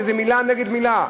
שזה מילה נגד מילה,